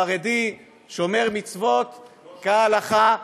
חרדי, שומר מצוות כהלכה.